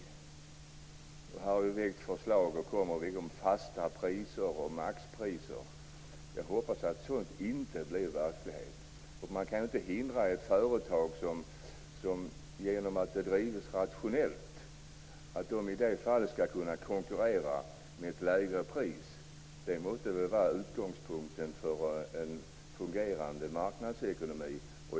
Det har väckts förslag om fasta priser och maxpriser. Jag hoppas att sådant inte blir verklighet. Man kan inte förhindra ett företag som drivs rationellt att konkurrera med ett lägre pris. Det måste väl vara utgångspunkten för en fungerande marknadsekonomi.